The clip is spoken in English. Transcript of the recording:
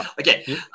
Okay